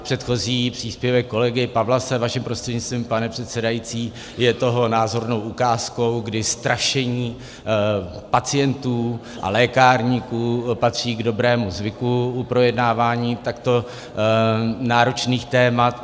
Předchozí příspěvek kolegy Pawlase, vaším prostřednictvím, pane předsedající, je toho názornou ukázkou, kdy strašení pacientů a lékárníků patří k dobrému zvyku u projednávání takto náročných témat.